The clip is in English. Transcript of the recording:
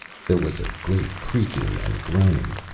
there was a great creaking and groaning.